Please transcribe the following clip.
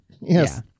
Yes